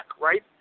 right